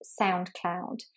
SoundCloud